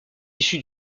issu